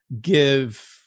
give